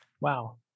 Wow